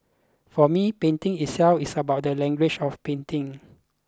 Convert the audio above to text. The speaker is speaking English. for me painting itself is about the language of painting